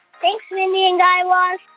thanks, mindy and guy raz.